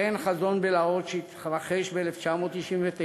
אכן, חזון בלהות שהתרחש ב-1995,